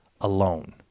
alone